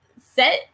set